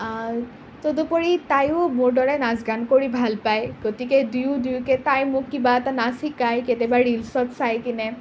তদুপৰি তাইও মোৰ দৰে নাচ গান কৰি ভাল পায় গতিকে দুয়ো দুয়োকে তাই মোক কিবা এটা নাচ শিকায় কেতিয়াবা ৰীলচ্ত চাই কিনে